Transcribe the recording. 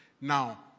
Now